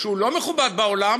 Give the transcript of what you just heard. כשהוא לא מכובד בעולם,